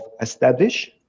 establish